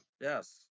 Yes